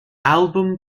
album